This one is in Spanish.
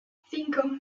cinco